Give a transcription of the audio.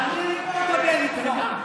לדבר איתך.